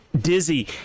Dizzy